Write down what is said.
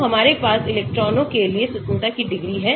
तो हमारे पास इलेक्ट्रॉनों के लिए स्वतंत्रता की डिग्री है